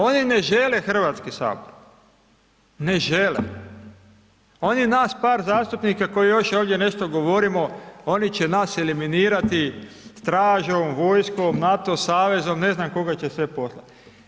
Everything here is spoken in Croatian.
Oni ne žele Hrvatski sabor, ne žele, oni nas par zastupnika koji još ovdje nešto govorimo oni će nas eliminirati stražom, vojskom, NATO savezom, ne znam koga će sve poslati.